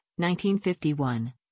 1951